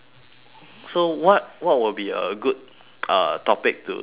so what what will be a good uh topic to speak about